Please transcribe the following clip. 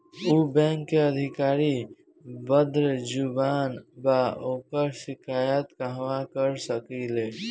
उ बैंक के अधिकारी बद्जुबान बा ओकर शिकायत कहवाँ कर सकी ले